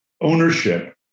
ownership